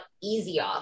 easier